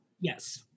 Yes